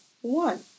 one